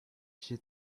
she